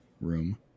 room